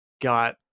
got